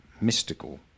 mystical